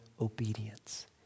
obedience